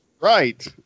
Right